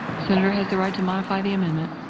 senator has the right to modify the amendment.